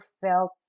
felt